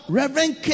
reverend